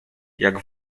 jak